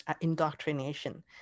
indoctrination